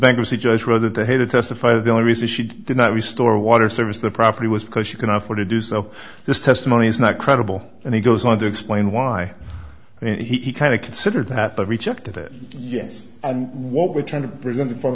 bankruptcy judge rather the head to testify the only reason she did not resort to water service the property was because you can offer to do so this testimony is not credible and he goes on to explain why and he kind of considered that but rejected it yes and what we're trying to present in front